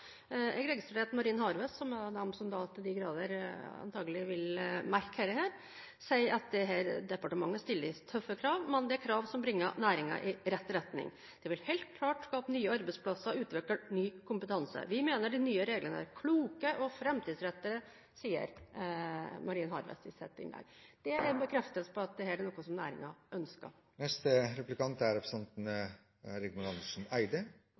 Jeg registrerer at Marine Harvest, som til de grader antagelig vil merke dette, sier at departementet stiller tøffe krav, men det er krav som bringer næringen i riktig retning. Det vil helt klart skape nye arbeidsplasser og utvikle ny kompetanse. Vi mener de nye reglene er kloke og fremtidsrettede. Det sier Marine Harvest. Det er en bekreftelse på at dette er noe næringen ønsker. Jeg vil også innom disse grønne konsesjonene. Jeg synes det virker både spennende og ikke minst miljøvennlig, men det er